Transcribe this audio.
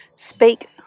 Speak